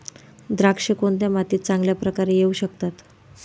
द्राक्षे कोणत्या मातीत चांगल्या प्रकारे येऊ शकतात?